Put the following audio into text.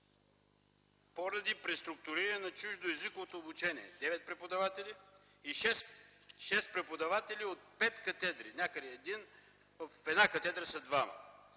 поради преструктуриране на чуждоезиковото обучение – 9 преподаватели и 6 преподаватели от пет катедри – в някои един, в една катедра са двама.